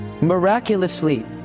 Miraculously